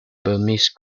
burmese